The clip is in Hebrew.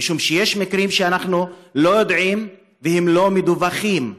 משום שיש מקרים שאנחנו לא יודעים עליהם והם לא מדווחים.